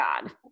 God